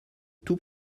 tout